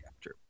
True